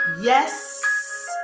Yes